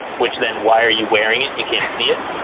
which then why are you wearing it? you can't see it.